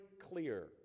clear